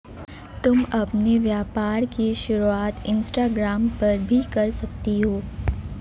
तुम अपने व्यापार की शुरुआत इंस्टाग्राम पर भी कर सकती हो